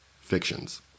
fictions